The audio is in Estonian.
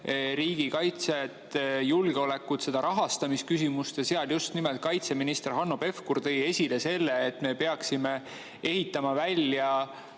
riigikaitset, julgeolekut, selle rahastamise küsimust. Ja seal just nimelt kaitseminister Hanno Pevkur tõi esile selle, et me peaksime ehitama välja